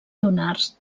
lunars